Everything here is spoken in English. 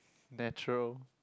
natural